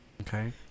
Okay